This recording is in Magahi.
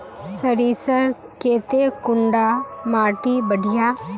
सरीसर केते कुंडा माटी बढ़िया?